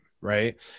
right